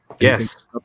Yes